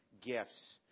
gifts